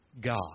God